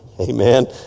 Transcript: Amen